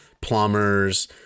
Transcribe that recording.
plumbers